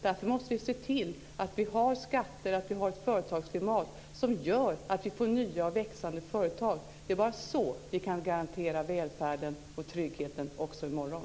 Därför måste vi se till att vi har skatter och ett företagsklimat som gör att vi får nya och växande företag. Det är bara så vi kan garantera välfärden och tryggheten också i morgon.